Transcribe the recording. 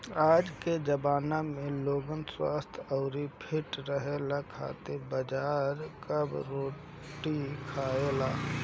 आजके जमाना में लोग स्वस्थ्य अउरी फिट रहे खातिर बाजरा कअ रोटी खाएला